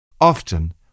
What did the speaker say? Often